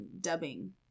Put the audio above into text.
Dubbing